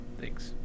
Thanks